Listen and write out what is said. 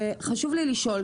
חשוב לי לשאול,